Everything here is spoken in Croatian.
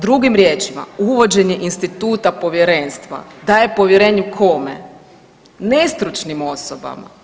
Drugim riječima uvođenje instituta povjerenstva daje povjerenje kome, nestručnim osobama.